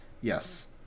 Yes